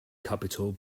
capital